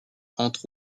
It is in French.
entre